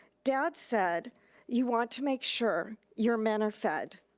dad said you want to make sure your men are fed.